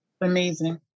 Amazing